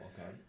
okay